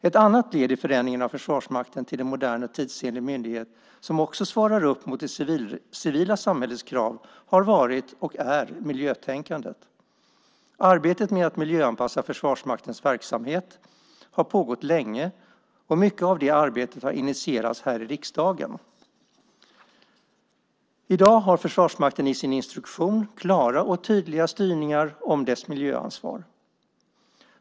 Ett annat led i förändringen av Försvarsmakten till en modern och tidsenlig myndighet som också svarar upp mot det civila samhällets krav har varit och är miljötänkandet. Arbetet med att miljöanpassa Försvarsmaktens verksamhet har pågått länge, och mycket av det arbetet har initierats här i riksdagen. I dag har Försvarsmakten i sin instruktion klara och tydliga styrningar om dess miljöansvar.